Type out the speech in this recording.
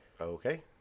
Okay